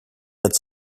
its